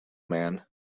man